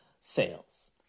sales